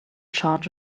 charge